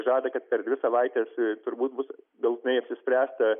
žada kad per dvi savaites turbūt bus galutinai apsispręsta